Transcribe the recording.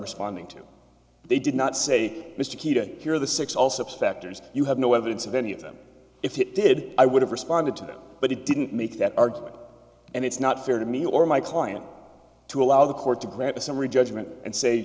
responding to they did not say mr keating here the six also specters you have no evidence of any of them if it did i would have responded to them but he didn't make that argument and it's not fair to me or my client to allow the court to grant a summary judgment and say